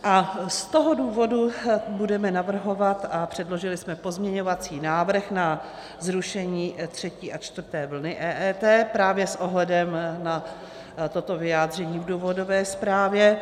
Z toho důvodu budeme navrhovat a předložili jsme pozměňovací návrh na zrušení třetí a čtvrté vlny EET právě s ohledem na toto vyjádření v důvodové zprávě.